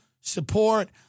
support